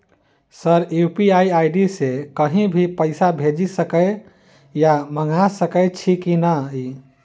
Sir UPI ID सँ कहि भी पैसा भेजि सकै या मंगा सकै छी की न ई?